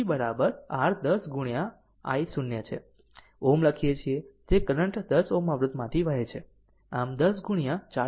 7 volt છે અને Vb r 10 ગુણ્યા i0 છે Ω લખીએ છીએ જે કરંટ 10 Ω અવરોધમાંથી વહે છે આમ 10 ગુણ્યા 4